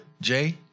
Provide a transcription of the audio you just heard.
Jay